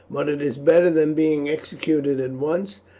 but it is better than being executed at once,